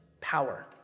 power